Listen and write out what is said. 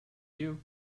you